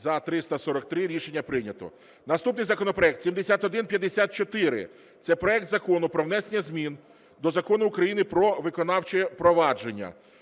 За – 343 Рішення прийнято. Наступний законопроект – 7154. Це проект Закону про внесення змін до Закону України "Про виконавче провадження".